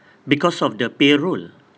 because of the payroll